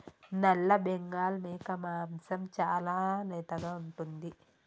నల్లబెంగాల్ మేక మాంసం చాలా లేతగా ఉంటుంది